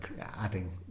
adding